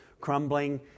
crumbling